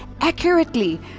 accurately